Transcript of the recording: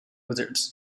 wizards